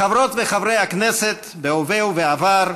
חברות וחברי הכנסת בהווה ובעבר,